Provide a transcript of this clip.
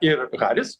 ir haris